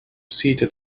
seated